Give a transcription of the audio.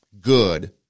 good